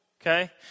Okay